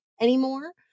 anymore